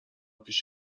پیش